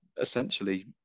essentially